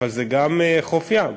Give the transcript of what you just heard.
אבל זה גם חוף ים.